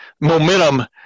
momentum